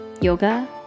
yoga